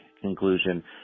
conclusion